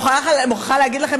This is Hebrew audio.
אני מוכרחה להגיד לכם,